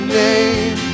name